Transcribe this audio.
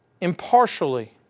impartially